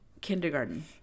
kindergarten